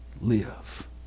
live